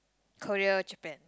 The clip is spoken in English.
Korea Japan